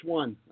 one